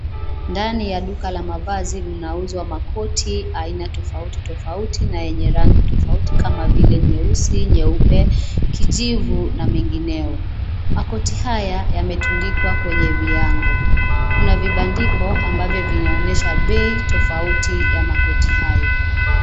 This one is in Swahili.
Ndani ya duka la mavazi mnauzwa makoti aina tofauti, tofauti na yenye rangi tofauti kama vile nyeusi, nyeupe, kijivu na mengineo. Makoti haya yametundikwa kwenye viango. Kuna vibandiko ambavyo vinaonyesha bei tofauti ya makoti hayo.